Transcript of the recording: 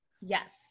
Yes